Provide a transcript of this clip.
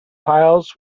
piles